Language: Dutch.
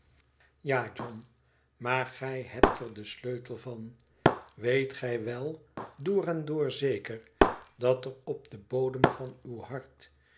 ja john maar gij hebt er den sleutel van weet gij wel door en door zeker dat er op den bodem van uw hart